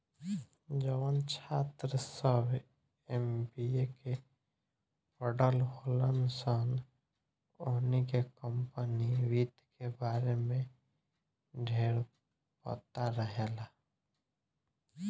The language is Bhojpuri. जवन छात्र सभ एम.बी.ए के पढ़ल होलन सन ओहनी के कम्पनी वित्त के बारे में ढेरपता रहेला